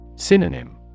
Synonym